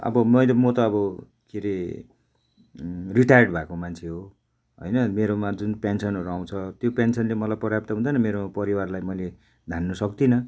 अब मैले म त अब के रे रिटायर्ड भएको मान्छे हो होइन मेरोमा जुन पेन्सनहरू आउँछ त्यो पेन्सनले मलाई पर्याप्त हुँदैन मेरो परिवारलाई मैले धान्नु सक्दिनँ